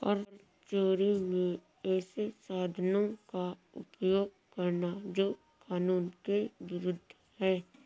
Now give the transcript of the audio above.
कर चोरी में ऐसे साधनों का उपयोग करना जो कानून के विरूद्ध है